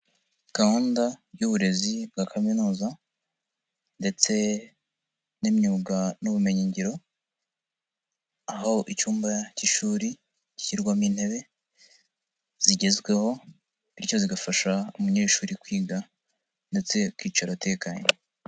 Gahunda y'uburezi bwa kaminuza ndetse n'imyuga n'ubumenyigiro, aho icyumba cy'ishuri gishyirwamo intebe zigezweho, bityo zigafasha umunyeshuri kwiga ndetse akicara atekanye.